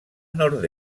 nord